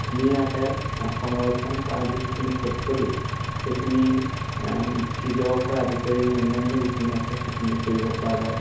ধুনীয়াকে সংৰক্ষণ কৰা যিখিনি পদ্ধতি সেইখিনি ফ্ৰীজকে আদি কৰি অন্যান্য যিখিনি আছে সেইখিনি কৰিব পৰা যায়